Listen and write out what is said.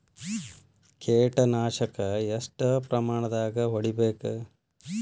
ಕೇಟ ನಾಶಕ ಎಷ್ಟ ಪ್ರಮಾಣದಾಗ್ ಹೊಡಿಬೇಕ?